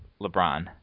LeBron